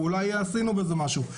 אולי עשינו בזה משהו.